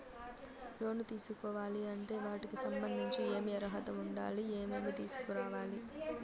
లోను తీసుకోవాలి అంటే వాటికి సంబంధించి ఏమి అర్హత ఉండాలి, ఏమేమి తీసుకురావాలి